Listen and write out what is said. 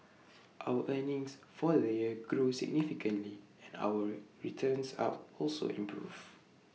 our earnings for the year grew significantly and our returns are also improved